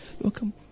welcome